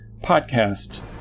podcast